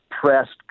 pressed